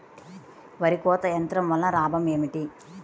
వరి కోత యంత్రం వలన లాభం ఏమిటి?